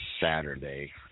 Saturday